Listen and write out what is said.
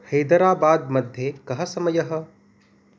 हैदराबाद् मध्ये कः समयः